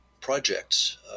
projects